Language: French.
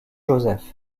joseph